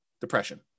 depression